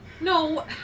No